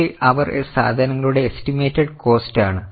ഇത് അവർ സാധനങ്ങളുടെ എസ്റ്റിമേറ്റെഡ് കോസ്റ്റ് ആണ്